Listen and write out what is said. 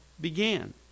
began